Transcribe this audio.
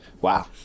wow